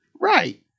Right